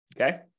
Okay